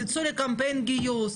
תצאו לקמפיין גיוס,